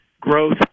growth